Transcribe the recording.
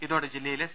ഇതോടെ ജില്ലയിലെ സി